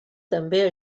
també